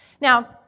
Now